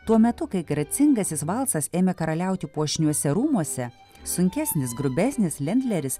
tuo metu kai gracingasis valsas ėmė karaliauti puošniuose rūmuose sunkesnis grubesnis lendleris